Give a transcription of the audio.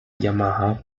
yamaha